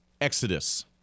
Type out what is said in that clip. Exodus